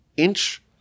inch